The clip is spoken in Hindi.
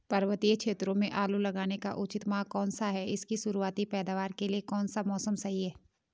पर्वतीय क्षेत्रों में आलू लगाने का उचित माह कौन सा है इसकी शुरुआती पैदावार के लिए कौन सा मौसम सही है?